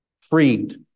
freed